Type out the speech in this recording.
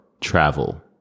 travel